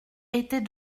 était